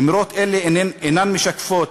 אמרות אלה אינן משקפות,